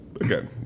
Again